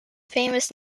famous